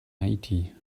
haiti